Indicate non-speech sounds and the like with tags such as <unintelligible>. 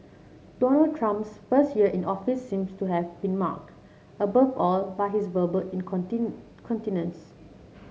Donald Trump's first year in office seems to have been marked above all by his verbal in <unintelligible> continence